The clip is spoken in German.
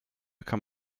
kann